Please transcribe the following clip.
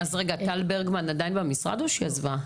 אז רגע, טל ברגמן עדיין במשרד או שהיא עזבה?